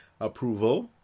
Approval